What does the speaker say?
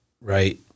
right